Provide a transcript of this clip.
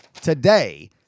Today